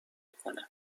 کنه